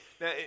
Now